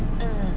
mm